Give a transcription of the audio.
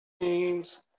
teams